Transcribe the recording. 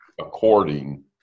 according